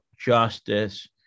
justice